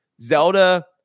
zelda